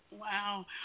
Wow